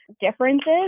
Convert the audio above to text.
differences